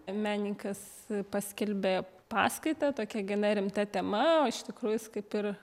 menininkas paskelbė paskaitą tokia gana rimta tema o iš tikrųjų jis kaip ir